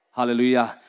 Hallelujah